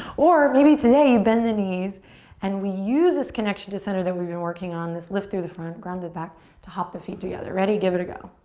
or maybe today you bend the knees and we use this connection to center that we've been working on, this lift through the front, ground through the back to hop the feet together. ready? give it a go.